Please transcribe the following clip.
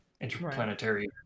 interplanetary